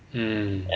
mm